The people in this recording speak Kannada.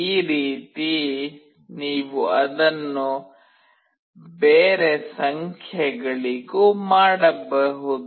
ಈ ರೀತಿ ನೀವು ಅದನ್ನು ಬೇರೆ ಸಂಖ್ಯೆಗಳಿಗೂ ಮಾಡಬಹುದು